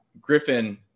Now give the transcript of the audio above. Griffin